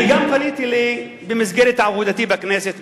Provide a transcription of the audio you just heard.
אני גם פניתי במסגרת עבודתי בכנסת,